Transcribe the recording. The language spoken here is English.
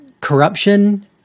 corruption